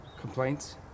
Complaints